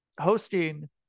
hosting